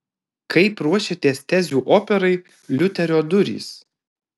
kaip ruošiatės tezių operai liuterio durys